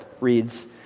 reads